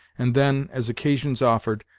and then, as occasions offered,